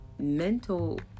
mental